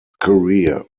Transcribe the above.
career